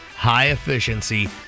high-efficiency